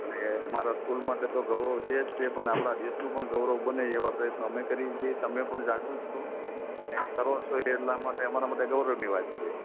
એટલે મારા સ્કૂલ માટે તો ગૌરવ છે જ તે પણ આપણાં દેશનું પણ ગૌરવ બને એવા પ્રયત્નો અમે કરીએ છીે તમે પણ જાગૃત છો અને કરો છો એટલા માટે અમારા માટે ગૌરવની વાત છે